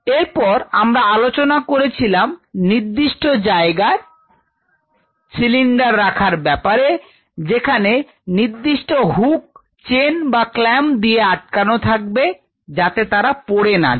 এরপর আমরা আলোচনা করেছিলাম নির্দিষ্ট জায়গায় সিলিন্ডার রাখার ব্যাপারে যেখানে নির্দিষ্ট হুক চেন বা ক্লাম্প দিয়ে আটকানো থাকবে যাতে তারা পড়ে না যায়